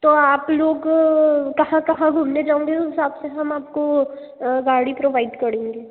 तो आप लोग कहाँ कहाँ घूमने जाओगे उस हिसाब से हम आपको गाड़ी प्रोवाइड करेंगे